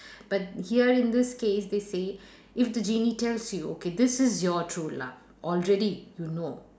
but here in this case they say if the genie tells you okay this is your true love already you know